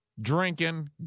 drinking